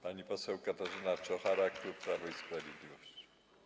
Pani poseł Katarzyna Czochara, klub Prawo i Sprawiedliwość.